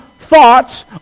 thoughts